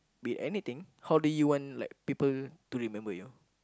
be anything how do you want like people to remember you